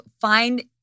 find